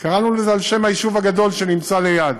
קראנו לזה על שם היישוב הגדול שנמצא ליד.